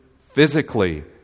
physically